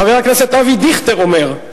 חבר הכנסת אבי דיכטר אומר: